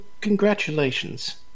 Congratulations